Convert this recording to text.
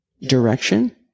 direction